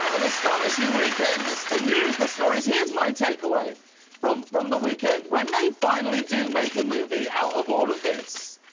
an astonishing weekend, the news, the stories. here is my take away from from the weekend. when they finally do make a movie out of all of this,